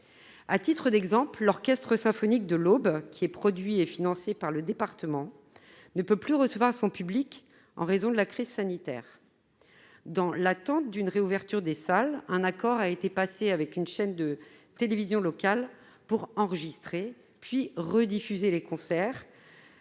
À titre d'exemple, l'Orchestre symphonique de l'Aube, produit et financé par le département, ne peut plus recevoir son public du fait de la crise sanitaire. Dans l'attente d'une réouverture des salles, un accord a été passé avec une chaîne de télévision locale pour enregistrer, puis rediffuser ses concerts